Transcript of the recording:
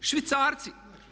Švicarci.